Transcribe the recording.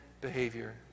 behavior